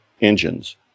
engines